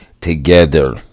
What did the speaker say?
together